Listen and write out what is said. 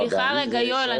זה ישראל אדומה ו --- יואל,